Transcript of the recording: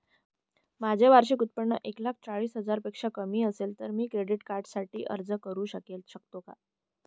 माझे वार्षिक उत्त्पन्न एक लाख चाळीस हजार पेक्षा कमी असेल तर मी क्रेडिट कार्डसाठी अर्ज करु शकतो का?